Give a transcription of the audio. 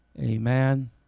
amen